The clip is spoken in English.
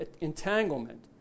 entanglement